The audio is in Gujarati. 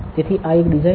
તેથી આ એક ડિઝાઇન છે